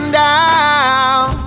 down